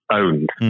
owned